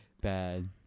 bad